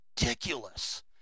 ridiculous